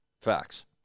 Facts